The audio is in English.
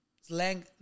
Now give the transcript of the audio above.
slang